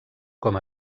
com